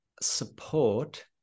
support